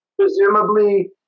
Presumably